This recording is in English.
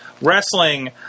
Wrestling